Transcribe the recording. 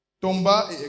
tomba